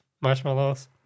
marshmallows